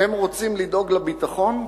אתם רוצים לדאוג לביטחון?